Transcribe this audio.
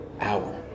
hour